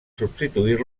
substituir